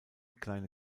kleine